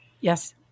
Yes